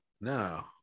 no